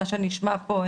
מה שנשמע פה,